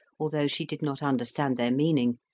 although she did not understand their meaning,